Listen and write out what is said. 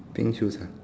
pink shoes ah